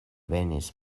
venis